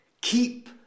Keep